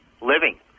living